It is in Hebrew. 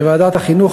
לוועדת החינוך,